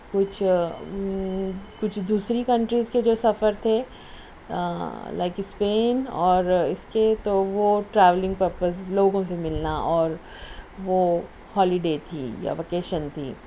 کچھ کچھ دوسری کنٹریز کے جو سفر تھے لائک اسپین اور اس کے تو وہ ٹریولنگ پرپز لوگوں سے ملنا اور وہ ہالیڈے تھی یا ویکیشن تھی